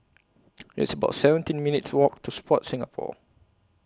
It's about seventeen minutes' Walk to Sport Singapore